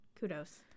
Kudos